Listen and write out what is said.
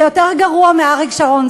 זה יותר גרוע מאריק שרון,